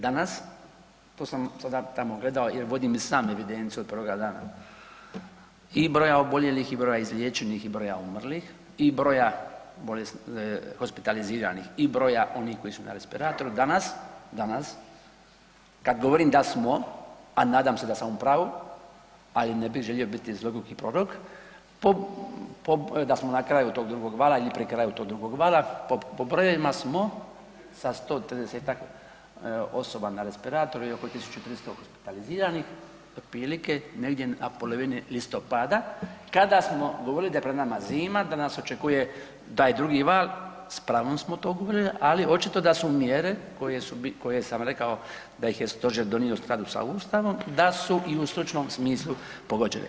Danas, to sam sada tamo gledao jer vodim i sam evidenciju od prvoga dana i broja oboljelih i broja izliječenih i broja umrlih i broja hospitaliziranih i broja onih koji su na respiratoru, danas, danas kad govorim da smo, a nadam se da sam u pravu, ali ne bih želio biti zlo gluhi prorok, da smo na kraju tog drugog vala ili pri kraju tog drugog vala, po brojevima smo sa 130-tak osoba na respiratoru i oko 1300 hospitaliziranih otprilike negdje na polovini listopada kada smo govorili da je pred nama zima da nas očekuje taj drugi val, s pravom smo to govorili, ali očito da su mjere koje sam rekao da ih je stožer donio u skladu sa ustavom da su i u stručnom smislu pogođene.